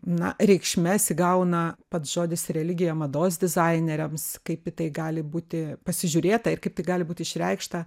na reikšmes įgauna pats žodis religija mados dizaineriams kaip į tai gali būti pasižiūrėta ir kaip tai gali būt išreikšta